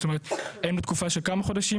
זאת אומרת האם בתקופה של כמה חודשים?